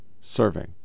serving